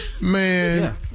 Man